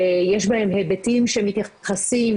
שיש בהם היבטים שמתייחסים,